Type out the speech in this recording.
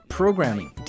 programming